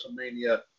WrestleMania